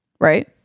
right